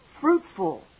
fruitful